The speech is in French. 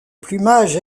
plumage